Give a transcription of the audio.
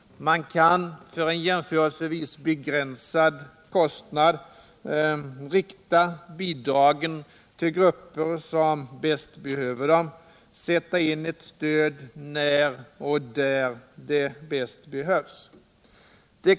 Man kan för en jämförelsevis begränsad kostnad rikta bidragen till grupper som bäst behöver dem och sätta in ett stöd när och där det behövs bäst.